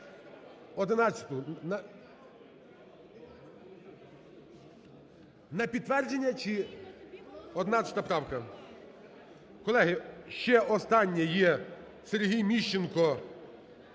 Одинадцяту… На підтвердження чи… 11 правка. Колеги, ще останній є, Сергій Міщенко,